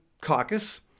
caucus